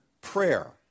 prayer